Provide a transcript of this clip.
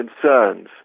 concerns